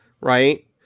right